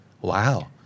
Wow